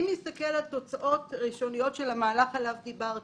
אם נסתכל על התוצאות ראשוניות של המהלך עליו דיברתי,